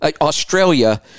Australia